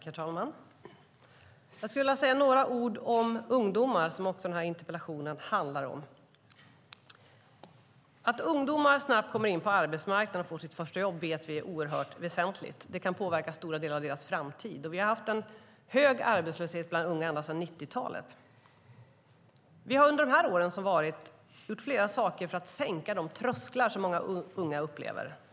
Herr talman! Jag skulle vilja säga några ord om ungdomar, som den här interpellationen också handlar om. Att ungdomar snabbt kommer in på arbetsmarknaden och får sitt första jobb vet vi är oerhört väsentligt. Det kan påverka stora delar av deras framtid. Vi har haft en hög arbetslöshet bland unga ända sedan 90-talet. Vi har under de år som har varit gjort flera saker för att sänka de trösklar som många unga upplever.